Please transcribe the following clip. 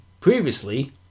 previously